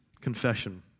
Confession